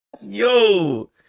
yo